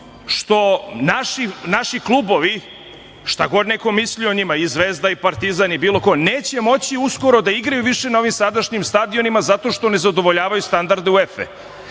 što naši klubovi, šta god neko mislio o njima, i Zvezda i Partizan i bilo ko, neće moći uskoro da igraju više na ovim sadašnjim stadionima, zato što ne zadovoljavaju standarde UEFA-e